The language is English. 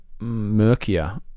murkier